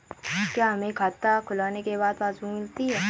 क्या हमें खाता खुलवाने के बाद पासबुक मिलती है?